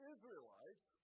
Israelites